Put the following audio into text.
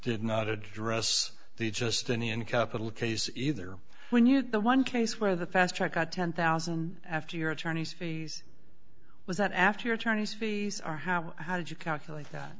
did not address the justinian capital case either when you did the one case where the fast track got ten thousand after your attorneys fees was that after your attorneys fees are how how did you calculate that